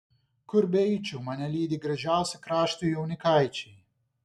kur beeičiau mane lydi gražiausi krašto jaunikaičiai